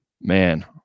man